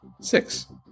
Six